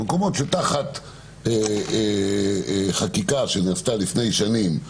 למקומות שתחת חקיקה שנעשתה לפני שנים,